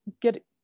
get